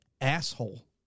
asshole